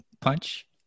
punch